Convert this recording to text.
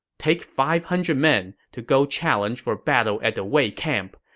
take five hundred men to go challenge for battle at the wei camp.